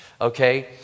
okay